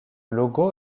logo